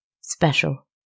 Special